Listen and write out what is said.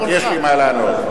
יש לי מה לענות.